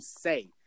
say